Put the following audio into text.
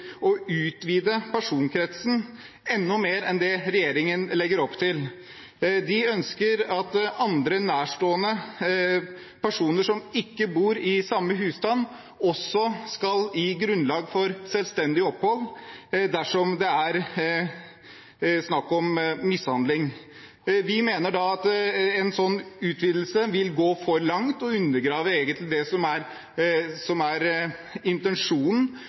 at nærstående personer som ikke bor i samme husstand, også skal gi grunnlag for selvstendig opphold dersom det er snakk om mishandling. Vi mener at en sånn utvidelse vil gå for langt og egentlig undergrave det som er intensjonen, og intensjonen